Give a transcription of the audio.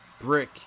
Brick